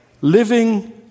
living